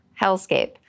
hellscape